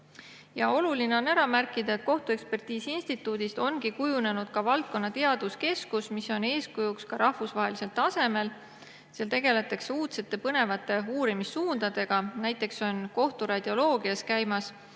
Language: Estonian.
Oluline on ära märkida, et kohtuekspertiisi instituudist on kujunenud ka valdkonna teaduskeskus, mis on eeskujuks ka rahvusvahelisel tasemel. Seal tegeletakse uudsete põnevate uurimissuundadega. Näiteks on kohturadioloogias käimas